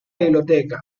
biblioteca